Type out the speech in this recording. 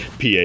pa